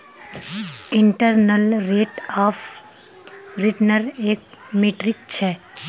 internal rate of return एक metric छ